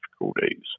difficulties